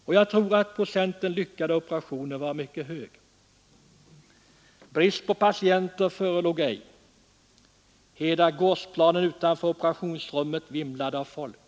Och jag tror att procenten lyckade operationer var mycket hög. Brist på patienter förelåg ej — hela gårdsplanen utanför operationsrummet vimlade av folk.